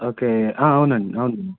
okay అవునండి అవునండి